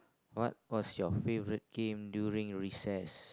what what's your favourite game during recess